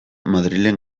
madrilen